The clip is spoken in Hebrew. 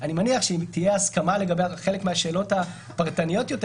אני מניח שאם תהיה הסכמה לגבי חלק מהשאלות הפרטניות יותר,